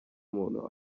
umuntu